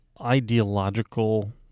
ideological